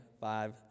five